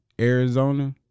Arizona